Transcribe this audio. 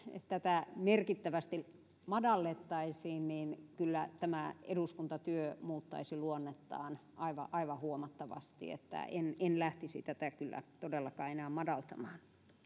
tätä merkittävästi madallettaisiin niin kyllä tämä eduskuntatyö muuttaisi luonnettaan aivan aivan huomattavasti niin että en en lähtisi tätä kyllä todellakaan enää madaltamaan